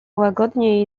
łagodnie